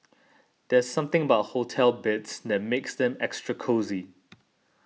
there's something about hotel beds that makes them extra cosy